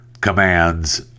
commands